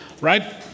right